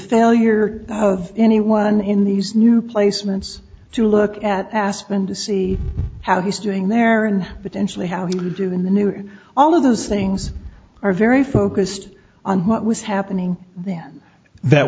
failure of anyone in these new placements to look at aspen to see how he's doing there and potentially how he would do in the new all of those things are very focused on what was happening then that